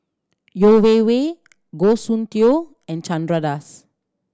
Yeo Wei Wei Goh Soon Tioe and Chandra Das